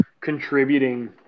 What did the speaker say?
contributing